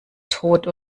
tod